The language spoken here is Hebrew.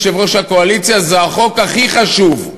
יושב-ראש הקואליציה: "זה החוק הכי חשוב".